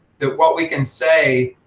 that what we can say,